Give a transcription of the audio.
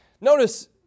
Notice